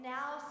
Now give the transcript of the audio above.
now